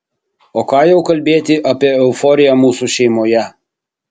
o ką jau kalbėti apie euforiją mūsų šeimoje